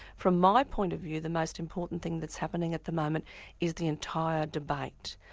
from my point of view the most important thing that's happening at the moment is the entire debate.